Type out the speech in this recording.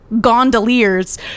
gondoliers